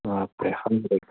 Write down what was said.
বাপৰে সাংঘাটিক